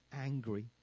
angry